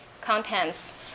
contents